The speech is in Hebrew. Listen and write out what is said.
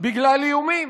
בגלל איומים.